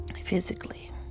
physically